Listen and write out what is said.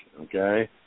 okay